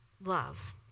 love